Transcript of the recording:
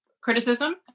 criticism